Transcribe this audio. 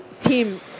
team